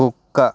కుక్క